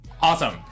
Awesome